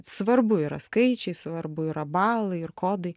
svarbu yra skaičiai svarbu yra balai ir kodai